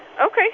Okay